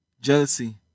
jealousy